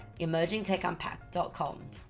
EmergingTechUnpacked.com